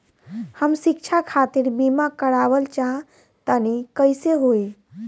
हम शिक्षा खातिर बीमा करावल चाहऽ तनि कइसे होई?